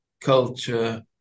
culture